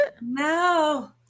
no